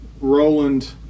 Roland